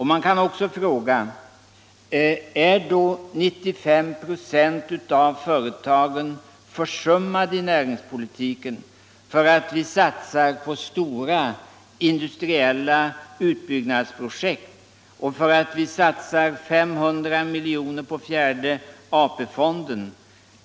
Man kan också fråga: Är då 95 96 av företagen försummade i näringspolitiken för att vi satsar på stora industriella utbyggnadsprojekt och för att vi satsar 500 miljoner på den fjärde AP-fonden?